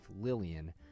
Lillian